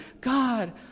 God